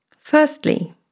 Firstly